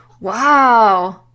Wow